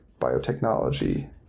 biotechnology